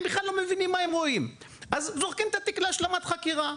הם בכלל לא מבינים מה הם רואים אז זורקים את התיק להשלמת חקירה.